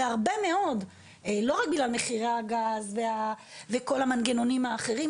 ולא רק בגלל מחירי הגז וכל המנגנונים האחרים,